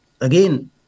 Again